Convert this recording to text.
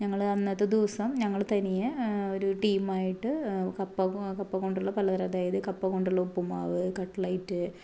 ഞങ്ങൾ അന്നത്തെ ദിവസം ഞങ്ങൾ തനിയെ ഒരു ടീമായിട്ട് കപ്പ കപ്പ കൊണ്ടുള്ള പലതരം അതായത് കപ്പ കൊണ്ടുള്ള ഉപ്പ്മാവ് കട്ട്ലറ്റ്